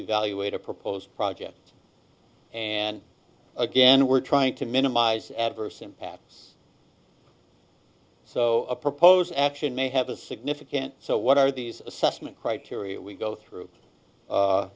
evaluate a proposed project and again we're trying to minimize adverse impacts so a proposed action may have a significant so what are these assessment criteria we go through